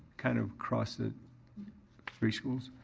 kind of across the three schools.